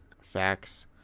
Facts